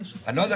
אני לא יודע.